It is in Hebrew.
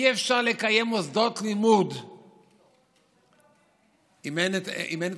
אי-אפשר לקיים מוסדות לימוד אם אין תמיכה,